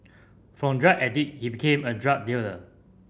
from drug addict he became a drug dealer